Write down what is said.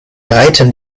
breiten